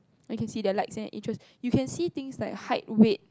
or you can see their likes and interest you can see things like height weight